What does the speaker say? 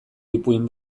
ipuin